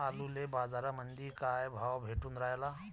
आलूले बाजारामंदी काय भाव भेटून रायला?